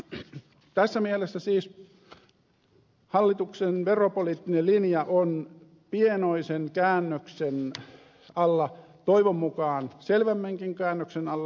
tässä mielessä siis hallituksen veropoliittinen linja on pienoisen käännöksen alla toivon mukaan selvemmänkin käännöksen alla